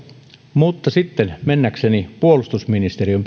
mutta sitten mennäkseni puolustusministeriön